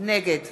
נגד